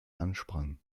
ansprangen